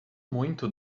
muito